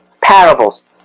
parables